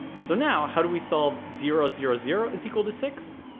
so now, how do we solve zero zero zero is equal to six?